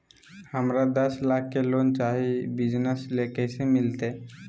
हमरा दस लाख के लोन चाही बिजनस ले, कैसे मिलते?